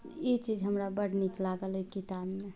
ई चीज हमरा बड नीक लागल एहि किताबमे